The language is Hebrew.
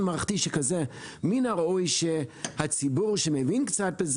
אל תהרוס ואל תחת.